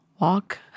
walk